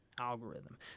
algorithm